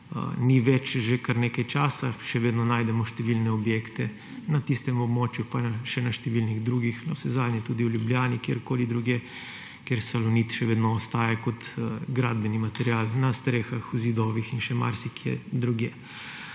ni več že kar nekaj časa, še vedno najdemo številne objekte na tistem območju in na številnih drugih, navsezadnje tudi v Ljubljani ali kjerkoli drugje, kjer salonit še vedno ostaja kot gradbeni material na strehah, v zidovih in še marsikje drugje.